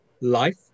life